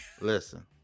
Listen